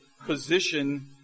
position